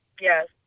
Yes